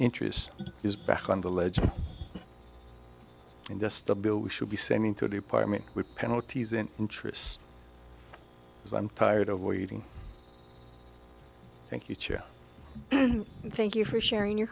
interest is back on the ledge and yes the bill we should be sending to the parliament with penalties in interest is i'm tired of waiting thank you chad thank you for sharing your